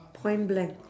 point blank